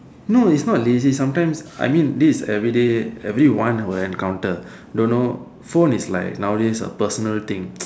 no it's not lazy sometime I mean this is everyday everyone will encounter don't know phone is like nowadays a personal thing